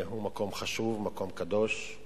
הוא מקום חשוב, מקום קדוש.